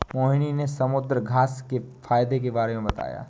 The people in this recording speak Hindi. मोहिनी ने समुद्रघास्य के फ़ायदे के बारे में बताया